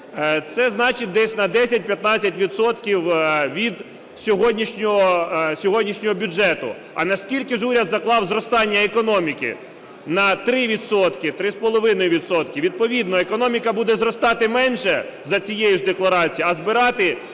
Це значить, десь на 10-15 відсотків від сьогоднішнього бюджету. А на скільки ж уряд заклав зростання економіки? На 3 відсотки, 3,5 відсотка. Відповідно економіка буде зростати менше за цією ж декларацією, а збирати